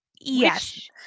Yes